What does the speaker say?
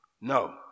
No